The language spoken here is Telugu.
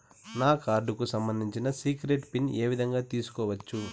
నా కార్డుకు సంబంధించిన సీక్రెట్ పిన్ ఏ విధంగా తీసుకోవచ్చు?